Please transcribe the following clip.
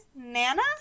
Nana